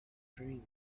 dream